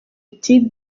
iti